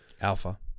alpha